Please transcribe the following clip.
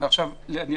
האם